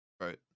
Right